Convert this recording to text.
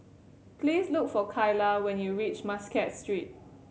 please look for Kaila when you reach Muscat Street